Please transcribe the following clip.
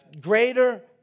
Greater